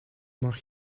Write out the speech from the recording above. mag